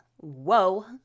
whoa